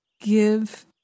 give